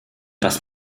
das